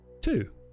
Two